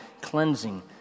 cleansing